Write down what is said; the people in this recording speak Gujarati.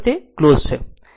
પછી તે ક્લોઝ છે